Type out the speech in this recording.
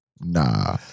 Nah